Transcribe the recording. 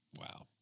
Wow